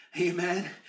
amen